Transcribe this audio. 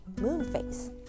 Moonface